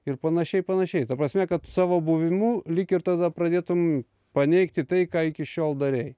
ir panašiai panašiai ta prasme kad savo buvimu lyg ir tada pradėtum paneigti tai ką iki šiol darei